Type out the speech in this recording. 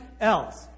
else